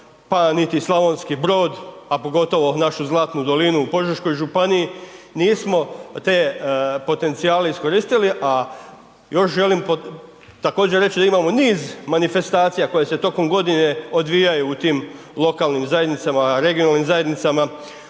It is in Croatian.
pa niti Slavonski Brod, a pogotovo našu zlatnu dolinu u Požeškoj županiji, nismo te potencijale iskoristili, a još želim također reći da imamo niz manifestacija koje se tokom godine odvijaju u tim lokalnim zajednicama, regionalnim zajednicama